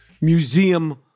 museum